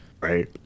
Right